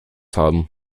haben